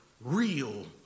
real